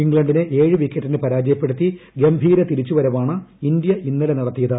ഇംഗ്ലണ്ടിനെ ഏഴ് വിക്കറ്റിന് പരാജയപ്പെടുത്തി ഗംഭീര തിരിച്ചുവരവാണ് ഇന്ത്യ ഇന്നലെ നടത്തിയത്